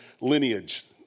lineage